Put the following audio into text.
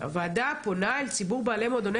הוועדה פונה אל ציבור בעלי מועדוני